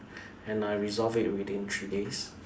and I resolved it within three days